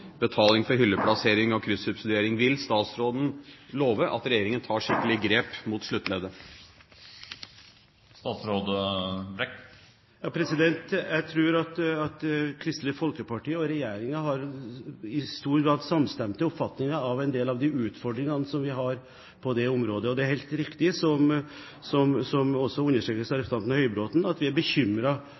betaling for hylleplassering og kryssubsidiering. Vil statsråden love at regjeringen tar skikkelige grep mot sluttleddet? Jeg tror at Kristelig Folkeparti og regjeringen i stor grad har samstemte oppfatninger av en del av de utfordringene vi har på det området. Det er helt riktig, som også representanten Høybråten understreker, at vi er bekymret over den maktansamlingen som skjer i verdikjeder for matvarer. Derfor har vi